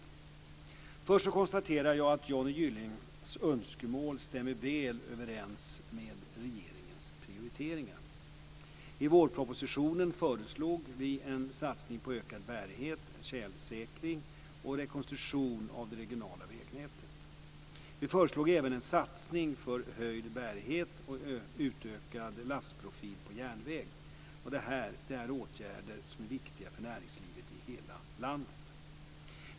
Först konstaterar jag att Johnny Gyllings önskemål stämmer väl överens med regeringens prioriteringar. I vårpropositionen föreslog vi en satsning på ökad bärighet, tjälsäkring och rekonstruktion av det regionala vägnätet. Vi föreslog även en satsning för höjd bärighet och utökad lastprofil på järnväg. Det här är åtgärder som är viktiga för näringslivet i hela landet.